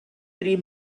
three